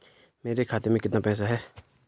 मेरे खाते में कितना पैसा है?